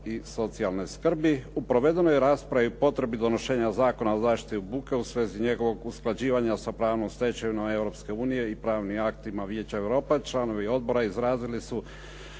i socijalne skrbi. U provedenoj raspravi potrebi donošenja Zakona o zaštiti od buke u svezi njegovog usklađivanja sa pravnom stečevinom Europske unije i pravnim aktima Vijeća Europe članovi odbora izrazili su